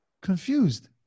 confused